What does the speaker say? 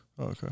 Okay